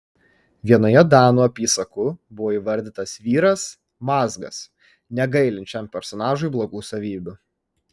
vienoje danų apysakų buvo įvardytas vyras mazgas negailint šiam personažui blogų savybių